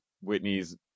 Whitney's